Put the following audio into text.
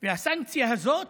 והסנקציה הזאת